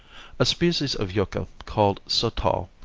a species of yucca called sotal,